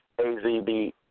AZB